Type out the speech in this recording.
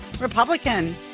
Republican